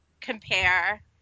compare